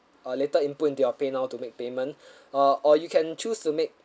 later input into your paynow to make payment uh or you can choose to make